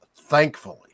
thankfully